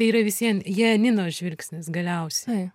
tai yra vis vien janinos žvilgsnis galiausiai